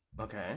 Okay